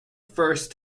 first